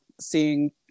seeing